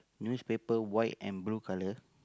newspaper white and blue colour